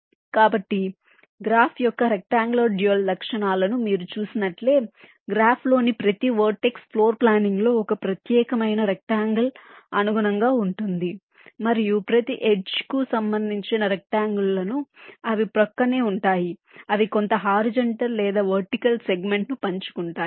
కాబట్టి గ్రాఫ్ యొక్క rectangular dual లక్షణాలను మీరు చూసినట్లే గ్రాఫ్లోని ప్రతి వెర్టెక్స్ ఫ్లోర్ ప్లానింగ్ లో ఒక ప్రత్యేకమైన రెక్టఅంగెల్ అనుగుణంగా ఉంటుంది మరియు ప్రతి ఎడ్జ్ కు సంబందించిన రెక్టఅంగెల్ లను అవి ప్రక్కనే ఉంటాయి అవి కొంత హారిజాంటల్ లేదా వర్టికల్ సెగ్మెంట్ ను పంచుకుంటాయి